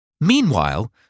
Meanwhile